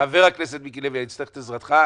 חבר הכנסת מיקי לוי, אני אצטרך את עזרתך.